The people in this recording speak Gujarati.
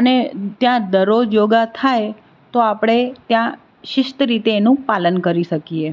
અને ત્યાં દરરોજ યોગા થાય તો આપણે ત્યાં શિસ્ત રીતે એનું પાલન કરી શકીએ